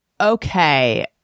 Okay